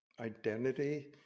identity